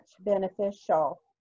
beneficial